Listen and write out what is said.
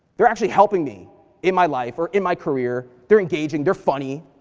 they're actually helping me in my life, or in my career. they're engaging, they're funny.